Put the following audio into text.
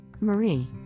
Marie